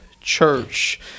church